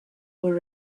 were